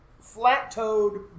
flat-toed